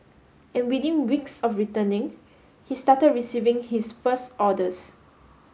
and within weeks of returning he started receiving his first orders